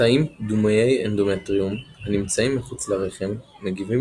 התאים דמויי אנדומטריום הנמצאים מחוץ לרחם מגיבים